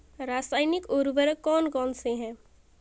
रासायनिक उर्वरक कौन कौनसे हैं?